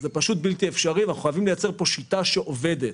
אנחנו חייבים לייצר פה שיטה שעובדת.